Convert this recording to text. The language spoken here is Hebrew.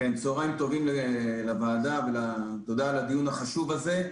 תודה על הדיון החשוב הזה.